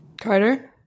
carter